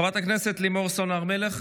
חברת הכנסת לימור סון הר מלך,